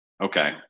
okay